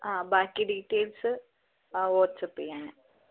അ ബാക്കി details WhatsApp ചെയ്യാം ഞാൻ